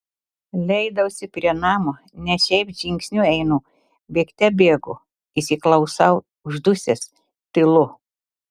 leidausi prie namo ne šiaip žingsniu einu bėgte bėgu įsiklausau uždusęs tylu